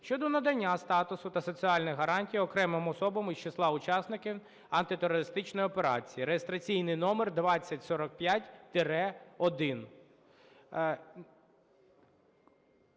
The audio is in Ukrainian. щодо надання статусу та соціальних гарантій окремим особам із числа учасників антитерористичної операції (реєстраційний номер 2045-1).